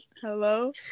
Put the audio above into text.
hello